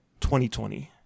2020